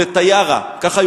לטיארה.